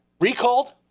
recalled